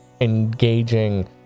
engaging